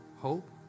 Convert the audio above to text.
hope